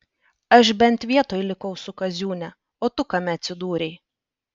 aš bent vietoj likau su kaziūne o tu kame atsidūrei